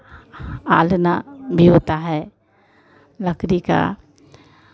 आलना भी होता है लकड़ी का